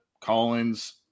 Collins